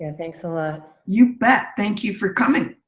and thanks a lot. you bet. thank you for coming.